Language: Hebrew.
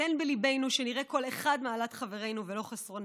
תן בליבנו שנראה על אחד מעלת חברינו ולא חסרונם,